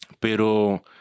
pero